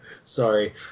Sorry